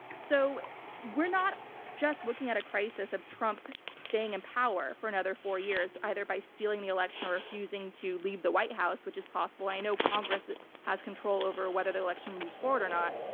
so we're not just looking at a crisis of trump staying in and power for another four years, either by stealing the election or refusing to leave the white house, which is possible. i know congress has control over whether the election moves forward or not.